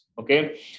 Okay